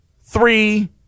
Three